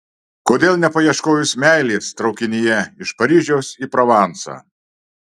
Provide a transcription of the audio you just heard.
kodėl nepaieškojus meilės traukinyje iš paryžiaus į provansą